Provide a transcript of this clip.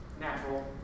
natural